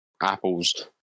Apples